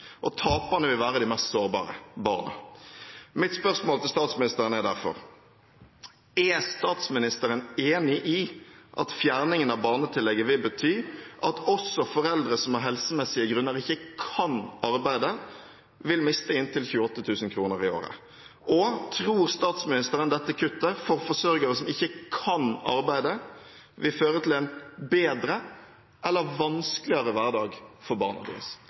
Og taperne vil være de mest sårbare – barna. Mitt spørsmål til statsministeren er derfor: Er statsministeren enig i at fjerningen av barnetillegget vil bety at også foreldre som av helsemessige grunner ikke kan arbeide, vil miste inntil 28 000 kr i året? Og: Tror statsministeren dette kuttet for forsørgere som ikke kan arbeide, vil føre til en bedre eller en vanskeligere hverdag for barna deres?